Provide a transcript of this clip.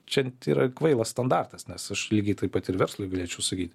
čia yra kvailas standartas nes aš lygiai taip pat ir verslui galėčiau sakyt